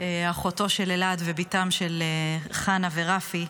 אחותו של אלעד ובתם של חנה ורפי,